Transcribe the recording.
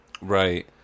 Right